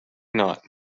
not